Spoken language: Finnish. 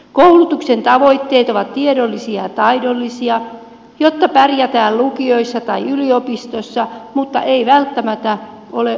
koulutuksen tavoitteet ovat tiedollisia ja taidollisia jotta pärjätään lukioissa tai yliopistoissa mutta ei välttämättä ole oppia elämästä